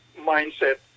mindset